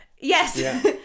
Yes